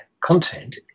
content